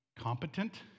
competent